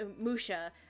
Musha